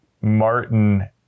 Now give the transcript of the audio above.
Martin